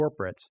corporates